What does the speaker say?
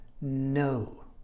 No